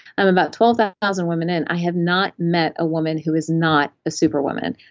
i'm about twelve thousand women in, i have not met a woman who is not a super woman,